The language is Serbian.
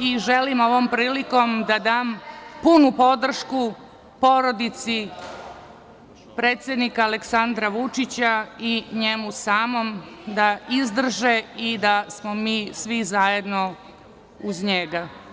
i želim ovom prilikom da dam punu podršku porodici predsednika Aleksandra Vučića i njemu samom da izdrže i da smo mi svi zajedno uz njega.